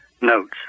notes